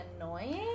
annoying